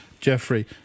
Jeffrey